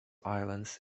islands